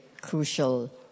crucial